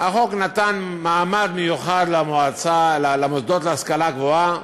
נתן מעמד מיוחד למוסדות להשכלה גבוהה.